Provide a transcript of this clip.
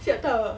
吓到